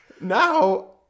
now